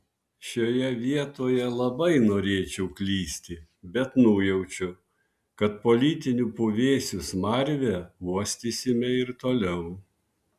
šioje vietoje labai norėčiau klysti bet nujaučiu kad politinių puvėsių smarvę uostysime ir toliau